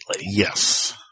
Yes